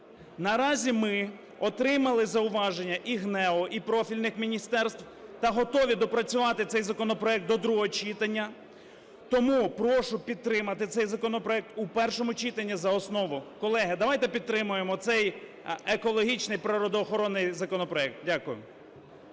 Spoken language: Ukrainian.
Наразі ми отримали зауваження і ГНЕУ, і профільних міністерств та готові доопрацювати цей законопроект до другого читання. Тому прошу підтримати цей законопроект у першому читанні за основу. Колеги, давайте підтримаємо цей екологічний природоохоронний законопроект. Дякую.